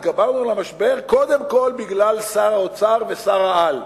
התגברנו על המשבר קודם כול בגלל שר האוצר והשר-על.